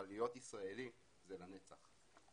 אבל להיות ישראלי זה לנצח.